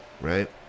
Right